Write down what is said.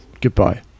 Goodbye